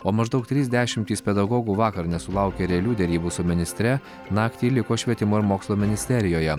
o maždaug trys dešimtys pedagogų vakar nesulaukę realių derybų su ministre naktį liko švietimo ir mokslo ministerijoje